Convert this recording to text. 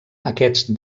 aquests